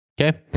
Okay